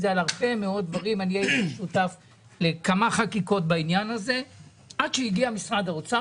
אני הייתי שותף לכמה חקיקות בעניין הזה עד שהגיע משרד האוצר